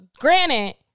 granted